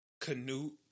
canute